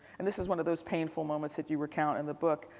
and, this is one of those painful moments that you recount in the book,